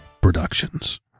Productions